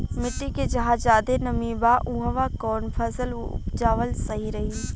मिट्टी मे जहा जादे नमी बा उहवा कौन फसल उपजावल सही रही?